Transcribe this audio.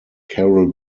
carol